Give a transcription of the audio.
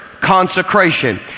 consecration